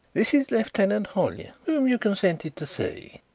this is lieutenant hollyer, whom you consented to see.